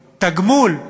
תגמול,